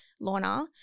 Lorna